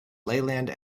leyland